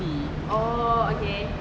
oh okay